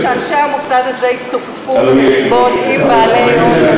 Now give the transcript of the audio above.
האם ראוי שאנשי המוסד הזה יסתופפו במסיבות עם בעלי הון?